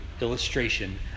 illustration